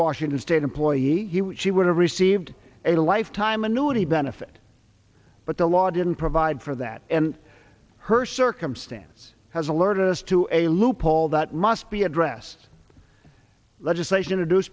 washington state employee he she would have received a lifetime annuity benefit but the law didn't provide for that and her circumstance has alerted us to a loophole that must be addressed legislation to do